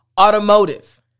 automotive